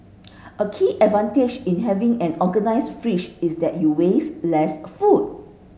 a key advantage in having an organised fridge is that you waste less food